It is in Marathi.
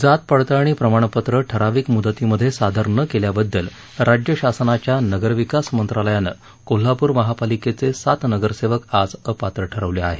जात पडताळणी प्रमाणपत्र ठरावीक मुदतीमध्ये सादर न केल्याबद्दल राज्य शासनाच्या नगरविकास मंत्रालयाने कोल्हापूर महापालिकेचे सात नगरसेवक आज अपात्र ठरवले आहेत